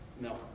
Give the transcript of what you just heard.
No